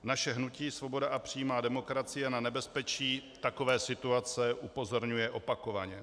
Naše hnutí Svoboda a přímá demokracie na nebezpečí takové situace upozorňuje opakovaně.